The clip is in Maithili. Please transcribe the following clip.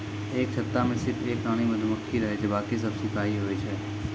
एक छत्ता मॅ सिर्फ एक रानी मधुमक्खी रहै छै बाकी सब सिपाही होय छै